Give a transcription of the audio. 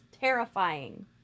terrifying